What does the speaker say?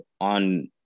on